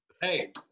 Hey